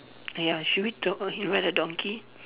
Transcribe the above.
ya should we talk about him donkey